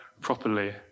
properly